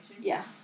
Yes